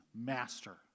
master